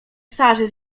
sarze